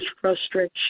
frustration